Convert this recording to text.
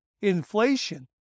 inflation